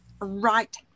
right